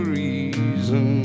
reason